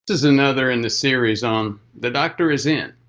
is another in the series on the doctor is in.